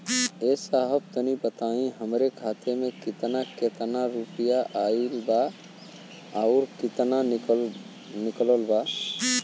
ए साहब तनि बताई हमरे खाता मे कितना केतना रुपया आईल बा अउर कितना निकलल बा?